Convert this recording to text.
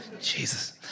Jesus